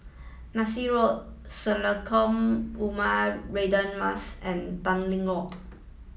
Nassim Road Sekolah Ugama Radin Mas and Tanglin Walk